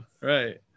right